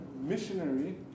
missionary